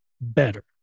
better